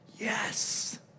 yes